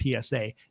PSA